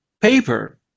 paper